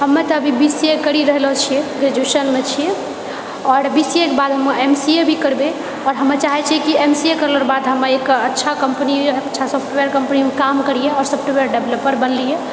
हमे तऽ अभी बी सी ए करि रहलो छिए ग्रेजुएशनमे छिए आओर बी सी एके बाद हमे एम सी ए भी करबै आओर हमे चाहैत छिए कि एम सी ए करलाके बाद हमे एक अच्छा कम्पनी अच्छा सॉफ्टवेयर कम्पनीमे काम करिए आओर सॉफ्टवेयर डेवलपर बनिए